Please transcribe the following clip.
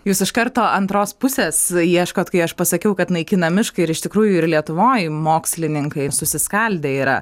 jūs iš karto antros pusės ieškot kai aš pasakiau kad naikina mišką ir iš tikrųjų ir lietuvoj mokslininkai susiskaldę yra